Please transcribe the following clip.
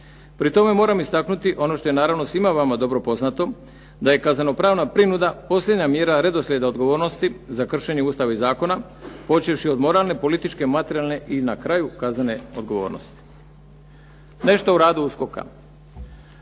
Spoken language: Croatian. Pri tome moram istaknuti ono što je naravno svima vama dobro poznato, da je kaznenopravna prinuda posljednja mjera redoslijeda odgovornosti za kršenje Ustava i zakona, počevši od moralne, političke, materijalne i na kraju kaznene odgovornosti. Nešto o radu USKOK-a.